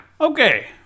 Okay